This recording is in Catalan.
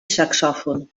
saxòfon